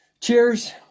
Cheers